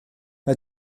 mae